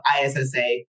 ISSA